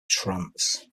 trance